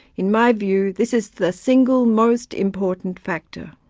in my view this is the single most important factor.